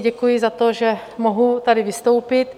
Děkuji za to, že mohu tady vystoupit.